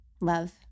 Love